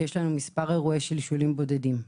שיש מספר אירועי שלשולים בודדים.